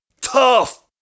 tough